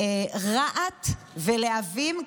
רהט ולהבים,